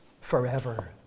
forever